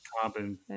carbon